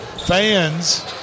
fans